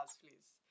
please